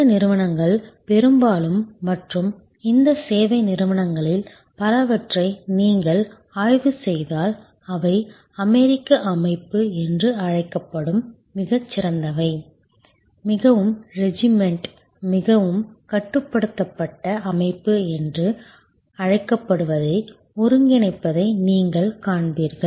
இந்த நிறுவனங்கள் பெரும்பாலும் மற்றும் இந்த சேவை நிறுவனங்களில் பலவற்றை நீங்கள் ஆய்வு செய்தால் அவை அமெரிக்க அமைப்பு என்று அழைக்கப்படும் மிகச் சிறந்தவை மிகவும் ரெஜிமென்ட் மிகவும் கட்டுப்படுத்தப்பட்ட அமைப்பு என்று அழைக்கப்படுவதை ஒருங்கிணைப்பதை நீங்கள் காண்பீர்கள்